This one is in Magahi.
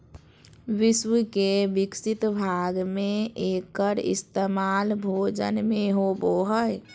विश्व के विकसित भाग में एकर इस्तेमाल भोजन में होबो हइ